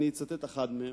ואצטט אחד מהם,